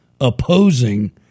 opposing